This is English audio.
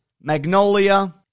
Magnolia